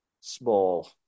Small